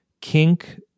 kink